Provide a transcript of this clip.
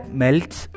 melts